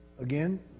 again